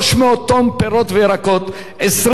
מעל 20,000 תבניות ביצים,